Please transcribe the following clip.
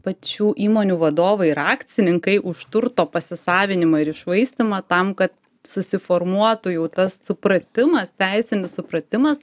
pačių įmonių vadovai ir akcininkai už turto pasisavinimą ir iššvaistymą tam kad susiformuotų jau tas supratimas teisinis supratimas